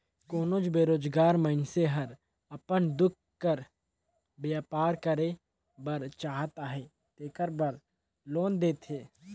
कोनोच बेरोजगार मइनसे हर अपन खुद कर बयपार करे बर चाहत अहे तेकर बर लोन देथे